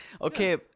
Okay